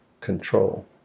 control